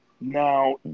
Now